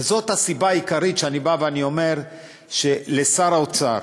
זאת הסיבה העיקרית שאני בא ואומר שלשר האוצר